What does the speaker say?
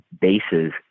bases